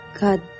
God